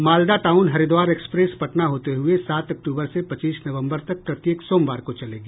Malda town Haridwar express Patna होते हुए सात अक्टूबर से पच्चीस नवंबर तक प्रत्येक सोमवार को चलेगी